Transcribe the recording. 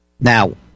Now